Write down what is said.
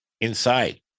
inside